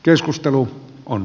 keskustelu on